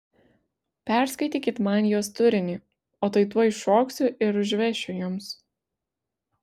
perskaitykit man jos turinį o tai tuoj šoksiu ir užvešiu jums